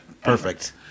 Perfect